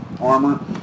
armor